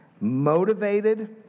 motivated